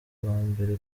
mbere